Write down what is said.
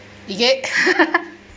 is it